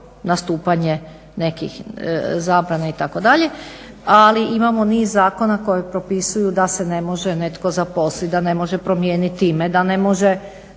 nastupanje nekih zabrane itd., ali imamo niz zakona koji propisuju da se ne može netko zaposliti da ne može promijeniti ime, da ne može